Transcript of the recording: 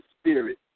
Spirit